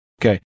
Okay